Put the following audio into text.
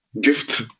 gift